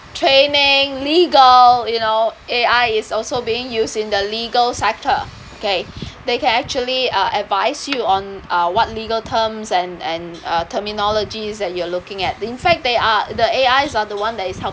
training legal you know A_I is also being used in the legal sector okay they can actually uh advice you on uh what legal terms and and uh terminologies that you're looking in fact they are the A_Is are the one that is help